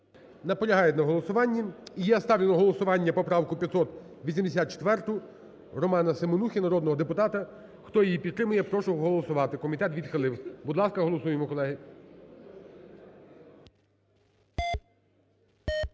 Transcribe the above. Наполягають на голосуванні. І я ставлю на голосування поправку 584 Романа Семенухи, народного депутата. Хто її підтримує, прошу голосувати. Комітет відхилив. Будь ласка, голосуємо, колеги.